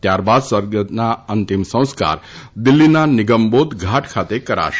ત્યાર બાદ સદગતના અંતિમ સંસ્કાર દિલ્હીના નિગમબોધ ઘાટ ખાતે કરાશે